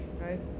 Right